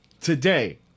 today